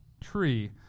tree